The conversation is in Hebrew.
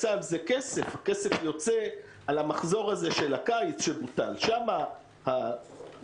הכסף יוצא על המחזור של הקיץ שבוטל, שם הבעיה.